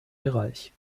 bereich